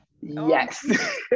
yes